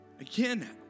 Again